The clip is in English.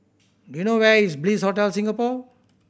do you know where is Bliss Hotel Singapore